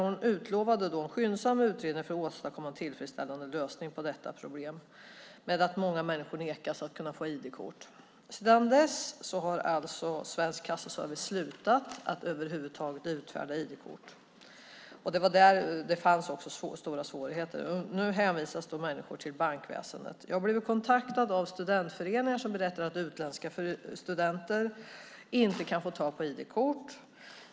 Hon utlovade då en skyndsam utredning för att åstadkomma en tillfredsställande lösning på problemet att många människor nekas att få ID-kort. Sedan dess har Svensk Kassaservice slutat att över huvud taget utfärda ID-kort. Det fanns också stora svårigheter. Nu hänvisas människor till bankväsendet. Jag har blivit kontaktad av studentföreningar som berättar att utländska studenter inte kan få ID-kort.